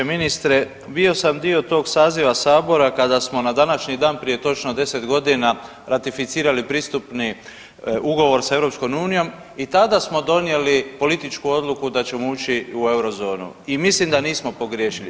Ministre, bio sam dio tog saziva sabora kada smo na današnji dan prije točno 10 godina ratificirali pristupni ugovor sa EU i tada smo donijeli političku odluku da ćemo ući u Eurozonu i mislim da nismo pogriješili.